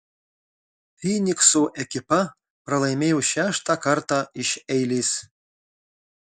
fynikso ekipa pralaimėjo šeštą kartą iš eilės